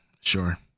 Sure